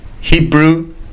Hebrew